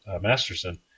Masterson